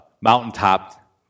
mountaintop